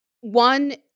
One